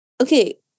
okay